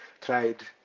Tried